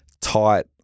tight